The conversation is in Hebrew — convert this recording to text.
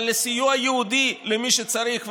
אבל לסיוע ייעודי למי שצריך,